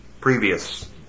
previous